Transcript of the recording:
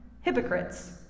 hypocrites